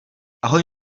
ahoj